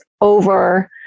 over